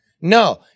No